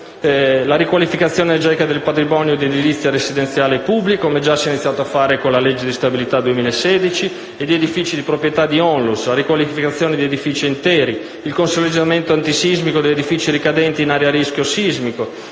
la riqualificazione energetica del patrimonio di edilizia residenziale pubblica (come già si è iniziato a fare con legge di stabilità 2016) e di edifici di proprietà di ONLUS, la riqualificazione di edifici interi, il consolidamento antisismico degli edifici ricadenti in aree a rischio sismico,